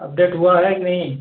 update हुआ है कि नहीं